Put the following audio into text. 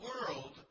world